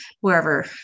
wherever